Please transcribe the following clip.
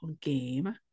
game